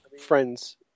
friends